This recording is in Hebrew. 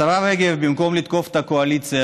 השרה רגב במקום לתקוף את הקואליציה,